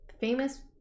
famous